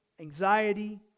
anxiety